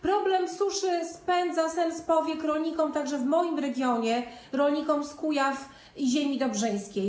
Problem suszy spędza sen z powiek rolnikom także w moim regionie, rolnikom z Kujaw i ziemi dobrzyńskiej.